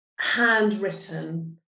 handwritten